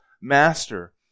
master